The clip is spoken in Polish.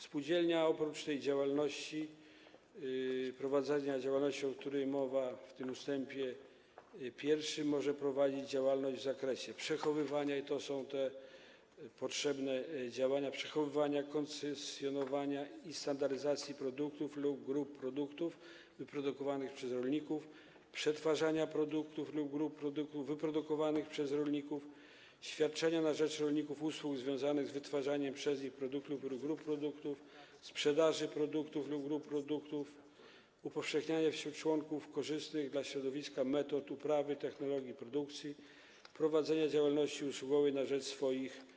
Spółdzielnia oprócz prowadzenia działalności, o której mowa w ust. 1, może prowadzić działalność w zakresie - to są te potrzebne działania - przechowywania, konfekcjonowania i standaryzacji produktów lub grup produktów wyprodukowanych przez rolników, przetwarzania produktów lub grup produktów wyprodukowanych przez rolników, świadczenia na rzecz rolników usług związanych z wytwarzaniem przez nich produktów lub grup produktów, sprzedaży produktów lub grup produktów, upowszechniania wśród swoich członków korzystnych dla środowiska metod uprawy i technologii produkcji, prowadzenia działalności usługowej na rzecz swoich